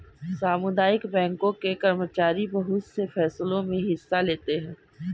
सामुदायिक बैंकों के कर्मचारी बहुत से फैंसलों मे हिस्सा लेते हैं